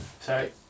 Sorry